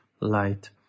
light